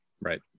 Right